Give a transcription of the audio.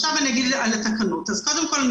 קודם כול,